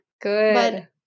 Good